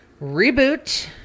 Reboot